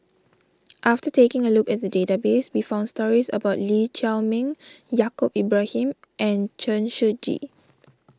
after taking a look at the database we found stories about Lee Chiaw Meng Yaacob Ibrahim and Chen Shiji